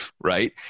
right